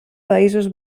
països